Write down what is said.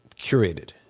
curated